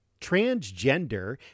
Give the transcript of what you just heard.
Transgender